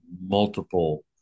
multiple